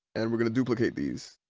and we're gonna duplicate these.